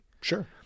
Sure